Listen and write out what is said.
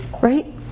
Right